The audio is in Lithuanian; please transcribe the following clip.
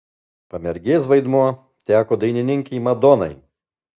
pamergės vaidmuo teko dainininkei madonai